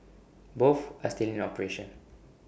both are still in operation